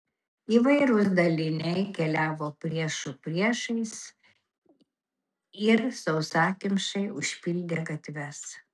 įvairūs daliniai keliavo priešų priešais ir sausakimšai užpildė gatves